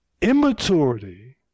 immaturity